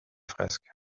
fresques